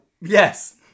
Yes